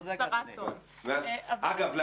אגב,